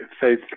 faith